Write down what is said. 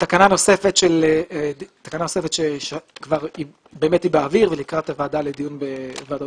תקנה נוספת שהיא כבר באוויר ולקראת דיון בוועדות